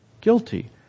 guilty